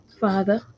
Father